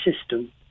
system